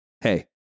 Hey